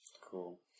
Cool